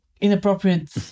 inappropriate